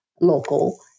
local